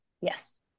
Yes